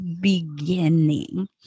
beginning